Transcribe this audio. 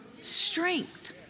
strength